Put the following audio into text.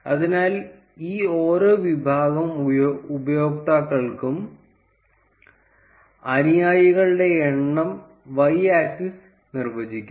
അതിനാൽ ഈ ഓരോ വിഭാഗം ഉപയോക്താക്കൾക്കും അനുയായികളുടെ എണ്ണം വൈ ആക്സിസ് നിർവ്വചിക്കും